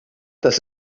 das